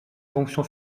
fonction